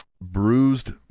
Bruised